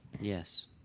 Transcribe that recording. Yes